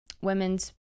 women's